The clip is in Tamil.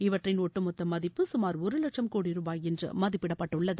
இவற்றின் ஒட்டுமொத்த மதிப்பு சுமார் ஒரு லட்சம் கோடி ரூபாய் என்று மதிப்பிடப்பட்டுள்ளது